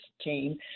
team